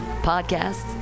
Podcasts